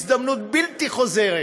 הזדמנות בלתי חוזרת